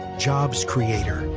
jobs creator.